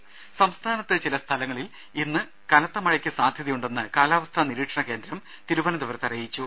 രുമ സംസ്ഥാനത്ത് ചില സ്ഥലങ്ങളിൽ ഇന്ന് കനത്ത മഴയ്ക്ക് സാധ്യതയുണ്ടെന്ന് കാലാവസ്ഥാ നിരീക്ഷണകേന്ദ്രം തിരുവനന്തപുരത്ത് അറിയിച്ചു